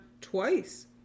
twice